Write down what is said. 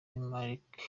malik